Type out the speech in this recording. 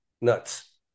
Nuts